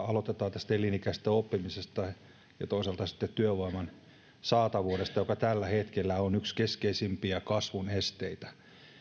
aloitetaan tästä elinikäisestä oppimisesta ja toisaalta sitten työvoiman saatavuudesta joka tällä hetkellä on yksi keskeisimpiä kasvun esteitä